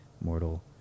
mortal